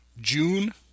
June